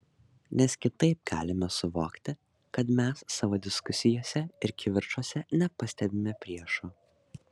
nes kitaip galime suvokti kad mes savo diskusijose ir kivirčuose nepastebime priešo